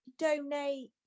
donate